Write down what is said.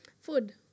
Food